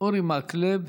אורי מקלב.